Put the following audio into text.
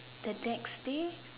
the next day